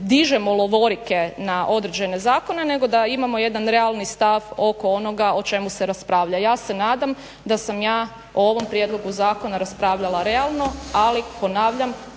dižemo lovorike na određene zakone, nego da imamo jedan realni stav oko onoga o čemu se raspravlja. Ja se nadam da sam ja o ovom prijedlogu zakona raspravljala realno. Ali ponavljam,